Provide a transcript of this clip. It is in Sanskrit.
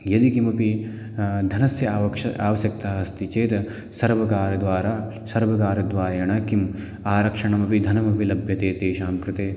यदि किमपि धनस्य आवक्ष आवश्यकता अस्ति चेद् सर्वकारद्वारा सर्वकारद्वारेण किम् आरक्षणमपि धनमपि लभ्यते तेषां कृते